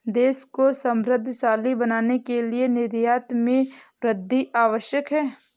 देश को समृद्धशाली बनाने के लिए निर्यात में वृद्धि आवश्यक है